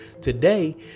today